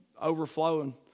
overflowing